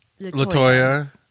LaToya